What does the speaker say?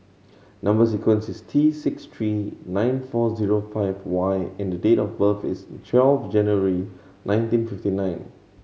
number sequence is T six three nine four five Y and the date of birth is twelve January nineteen fifty nine